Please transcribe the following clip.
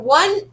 one